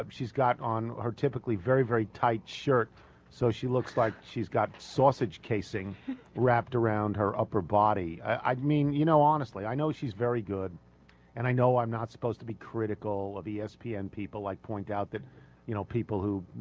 um she's got convert typically very very tight shirt so she looks like she's got sausage casing wrapped around her upper body i mean you know honestly i know she's very good and i know i'm not supposed to be critical of the s p and people like point out that you know people who